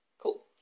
Cool